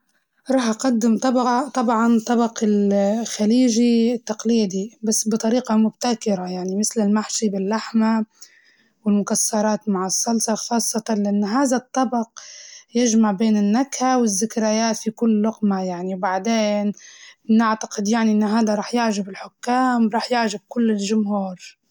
راح أقدم طبع- طبعاً طبق ال- خليجي التقليدي بس بطريقة مبتكرة يعني مسل المحشي باللحمة، والمكسرات مع الصلصة خاصةً لأن هزا الطبق يجمع بين النكهة والزكريات في كل لقمة يعني، وبعدين نعتقد يعني إن هدا راح يعجب الحكام وراح يعجب كل الجمهور,